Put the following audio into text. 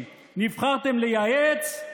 ואני מצטט: לא נשברים ולא מוותרים על אזרחי מדינת ישראל.